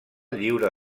lliure